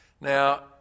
Now